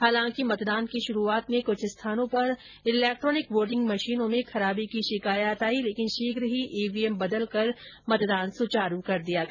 हालांकि मतदान के शुरु में कुछ स्थानों पर इलेक्ट्रोनिक मशीनों में खराबी की शिकायत आई लेकिन शीघ्र ही ईवीएम बदलकर मतदान सुचारु कर दिया गया